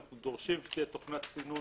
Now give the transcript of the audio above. אנחנו דורשים שתהיה תוכנת סינון